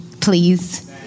please